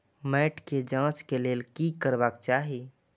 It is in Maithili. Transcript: मैट के जांच के लेल कि करबाक चाही?